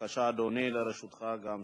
שיחפשו, אין לו, אין שום בעיה מיוחדת עם בעלי הון,